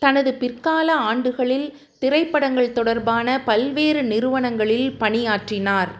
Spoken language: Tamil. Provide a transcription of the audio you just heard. தனது பிற்கால ஆண்டுகளில் திரைப்படங்கள் தொடர்பான பல்வேறு நிறுவனங்களில் பணியாற்றினார்